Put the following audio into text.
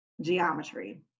geometry